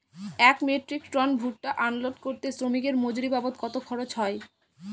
এক metric ton ভুট্টা unload করতে শ্রমিকের মজুরি বাবদ কত খরচ হয়?